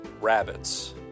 rabbits